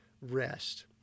rest